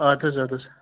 اَدٕ حظ اَدٕ حظ